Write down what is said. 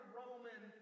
roman